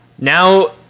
Now